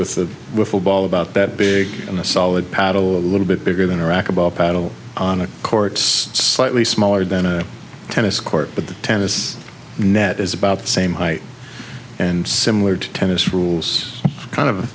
wiffle ball about that big in a solid pad a little bit bigger than a racquetball paddle on a courts slightly smaller than a tennis court but the tennis net is about the same height and similar to tennis rules kind of